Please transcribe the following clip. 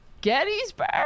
Gettysburg